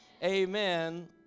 Amen